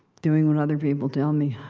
doing what other people tell me.